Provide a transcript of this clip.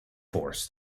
force